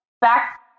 back